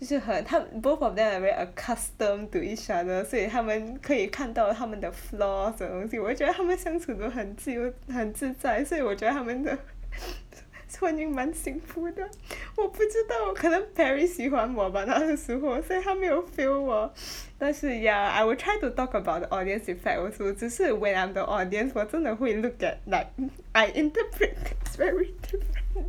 就很他 both of them are very accustomed to each other 所以他们可以看到他们的 flaws 这种东西我会觉得相处都很自由很自在所以我觉得他们的 婚姻蛮幸福的 我不知道可能 Perry 喜欢我吧那个时候所以他没有 fail 我 但是 ya I will try to talk about the audience effect also 只是 when I'm the audience 我真的会 look at like mmhmm I interpret things very differently